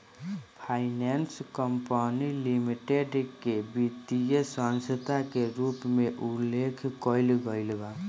finance company limited के वित्तीय संस्था के रूप में उल्लेख कईल गईल बा